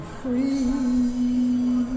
free